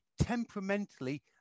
temperamentally